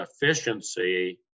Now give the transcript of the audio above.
efficiency